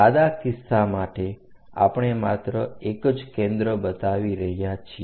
સાદા કિસ્સા માટે આપણે માત્ર એક જ કેન્દ્ર બતાવી રહ્યા છીએ